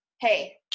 Hey